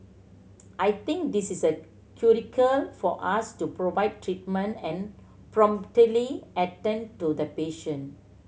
I think this is for us to provide treatment and promptly attend to the patient